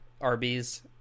Arby's